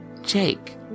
jake